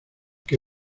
que